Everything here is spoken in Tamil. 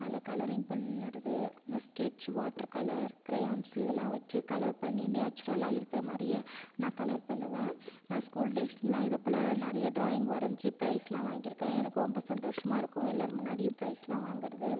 அதில் கலரிங் பண்ணுகிறது இந்த ஸ்கெட்ச் வாட்டர் கலர் கிரையான்ஸ் இதெல்லாம் வச்சு கலர் பண்ணி நேச்சுரலாக இருக்கிற மாதிரியே நான் கலர் பண்ணுவேன் நான் ஸ்கூல் டேஸ்லெல்லாம் இதை போல் நிறைய ட்ராயிங் வரைஞ்சு ப்ரைஸ்செல்லாம் வாங்கியிருக்கேன் எனக்கு ரொம்ப சந்தோஷமாக இருக்கும் எல்லார் முன்னாடியும் ப்ரைஸ்செல்லாம் வாங்கிறது